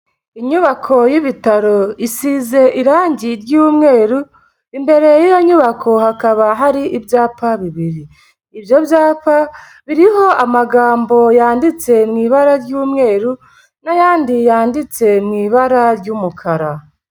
Inyubako y'ibitaro isize irangi ry'umweru imbere y'iyo nyubako hakaba hari ibyapa bibiri, ibyo byapa biriho amagambo yanditse mu ibara ry'umweru n'ayandi yanditse mu ibara ry'umukara.